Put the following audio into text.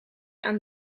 aan